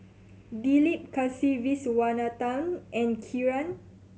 Dilip Kasiviswanathan and Kiran